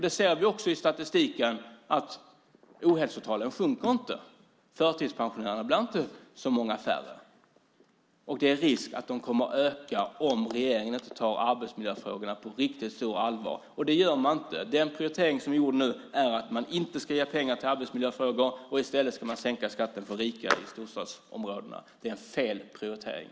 Det ser vi också i statistiken. Ohälsotalen sjunker inte. Det blir inte färre förtidspensionärer. Det är risk att de kommer att bli fler om regeringen inte tar arbetsmiljöfrågorna på riktigt stort allvar, och det gör man inte. Den prioritering som är gjord är att man inte ska ge pengar till arbetsmiljöfrågor. I stället ska man sänka skatten för de rika i storstadsområdena. Det är fel prioritering!